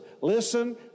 listen